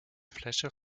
fläche